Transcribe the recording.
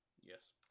Yes